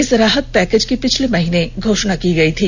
इस राहत पैकेज की पिछले महीने घोषणा की गई थी